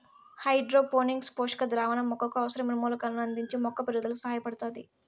hydroponics పోషక ద్రావణం మొక్కకు అవసరమైన మూలకాలను అందించి మొక్క పెరుగుదలకు సహాయపడుతాది